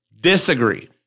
disagree